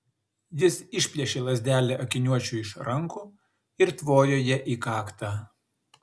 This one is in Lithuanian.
jis išplėšė lazdelę akiniuočiui iš rankų ir tvojo ja į kaktą